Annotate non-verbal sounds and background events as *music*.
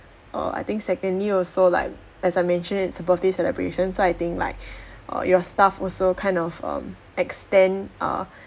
err I think secondly also like as I mentioned it's a birthday celebration so I think like *breath* err your stuff also kind of um extend err